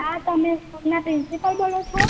હાં તમે સ્કૂલના પ્રિન્સિપાલ બોલો છો